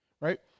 Right